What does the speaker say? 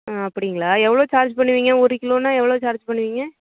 ம் அப்டிங்களா எவ்வளோ சார்ஜ் பண்ணுவீங்க ஒருகிலோன்னா எவ்வளோ சார்ஜ் பண்ணுவீங்க